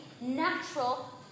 natural